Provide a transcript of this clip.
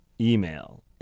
email